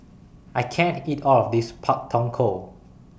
I can't eat All of This Pak Thong Ko